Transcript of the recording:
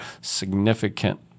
significant